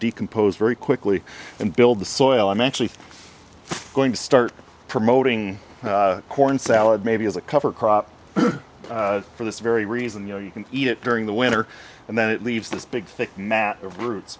decompose very quickly and build the soil i'm actually going to start promoting corn salad maybe as a cover crop for this very reason you know you can eat it during the winter and then it leaves this big